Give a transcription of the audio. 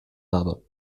habe